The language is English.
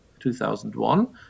2001